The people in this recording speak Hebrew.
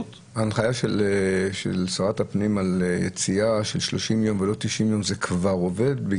ההנחיה של שרת הפנים על יציאה של 30 ימים ולא 90 ימים זה כבר עובד?